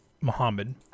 Muhammad